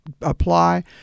apply